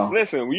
listen